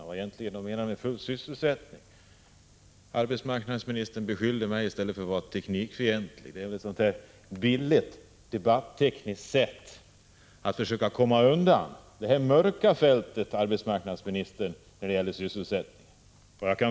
Herr talman! Innan vi tog paus ställde jag frågor till regeringen och socialdemokraterna om vad de egentligen menar med full sysselsättning. Arbetsmarknadsministern beskyllde mig för att vara teknikfientlig. Det är ett billigt sätt att debattera på, för att försöka komma undan det mörka fältet när det gäller sysselsättningen.